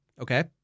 okay